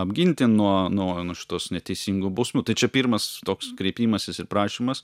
apginti nuo nuo nuo šitos neteisingų bausmių tai čia pirmas toks kreipimasis ir prašymas